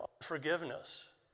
forgiveness